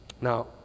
Now